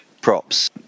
props